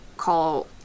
call